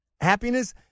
happiness